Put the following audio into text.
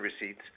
receipts